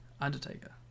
Undertaker